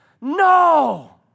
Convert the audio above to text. No